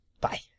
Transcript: Bye